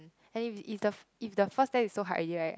and if if the if the first test is so hard already right